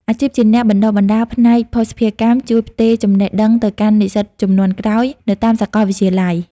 អាជីពជាអ្នកបណ្តុះបណ្តាលផ្នែកភស្តុភារកម្ម ជួយផ្ទេរចំណេះដឹងទៅកាន់និស្សិតជំនាន់ក្រោយនៅតាមសាកលវិទ្យាល័យ។